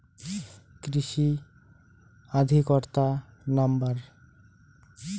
কৃষি অধিকর্তার নাম্বার?